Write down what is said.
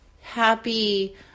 happy